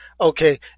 Okay